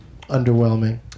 underwhelming